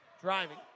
driving